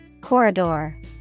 Corridor